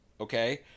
okay